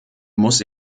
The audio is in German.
muss